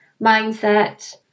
mindset